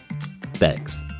thanks